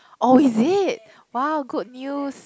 oh is it !wow! good news